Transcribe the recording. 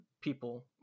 people